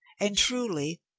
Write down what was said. and, truly,